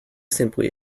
simply